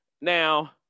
Now